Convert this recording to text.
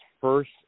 first